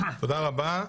תודה רבה.